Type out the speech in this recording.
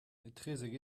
etrezek